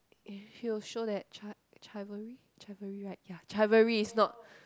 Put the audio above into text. if you show that chi~ chivalry chivalry right ya chivalry is not